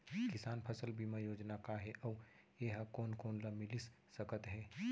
किसान फसल बीमा योजना का हे अऊ ए हा कोन कोन ला मिलिस सकत हे?